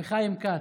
וחיים כץ.